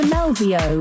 Melvio